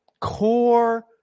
core